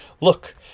Look